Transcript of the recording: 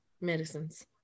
medicines